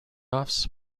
offs